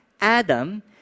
Adam